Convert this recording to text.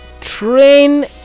train